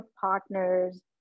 partners